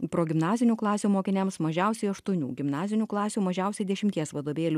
progimnazinių klasių mokiniams mažiausiai aštuonių gimnazinių klasių mažiausiai dešimties vadovėlių